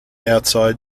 outside